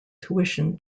tuition